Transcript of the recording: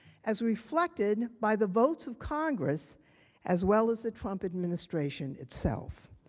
as reflected by the votes of congress as well as the trump administration itself.